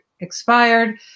expired